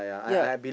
ya